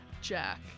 Jack